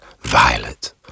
violet